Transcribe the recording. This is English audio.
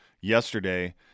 yesterday